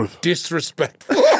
Disrespectful